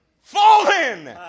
Fallen